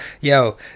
yo